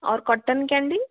और cotton candy